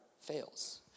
fails